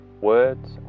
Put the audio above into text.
Words